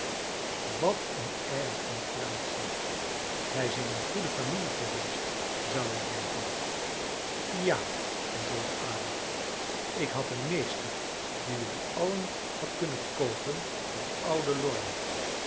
wat een air en gratie wij zijn in goede familie geweest zou ik denken ja antwoordde adolf ik had een meester die u allen had kunnen koopen voor oude